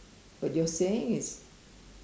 but your saying is